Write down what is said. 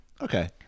Okay